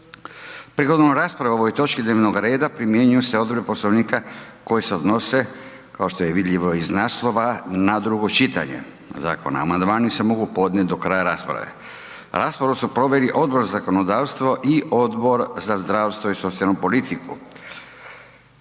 Prigodom rasprave o ovoj točki dnevnog reda primjenjuju se odredbe Poslovnika koje se odnose, kao što je vidljivo i iz naslova, na drugo čitanje Zakona. Amandmani se mogu podnijet do kraja rasprave. Raspravu su proveli Odbor za zakonodavstvo i Odbor za zdravstvo i socijalnu politiku.